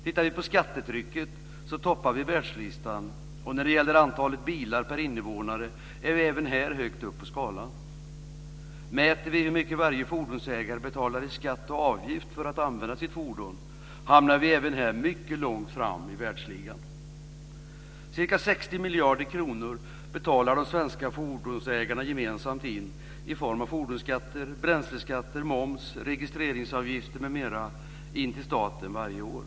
Tittar vi på skattetrycket toppar vi världslistan, och när det gäller antalet bilar per invånare är vi även här högt upp på skalan. Mäter vi hur mycket varje fordonsägare betalar i skatt och avgift för att använda sitt fordon, hamnar vi även här mycket långt fram i världsligan. De svenska fordonsägarna betalar gemensamt in ca 60 miljarder kronor i form av fordonsskatter, bränsleskatter, moms, registreringsavgifter m.m. till staten varje år.